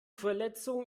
verletzung